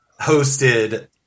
hosted